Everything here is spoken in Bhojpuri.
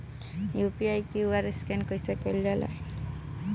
यू.पी.आई क्यू.आर स्कैन कइसे कईल जा ला?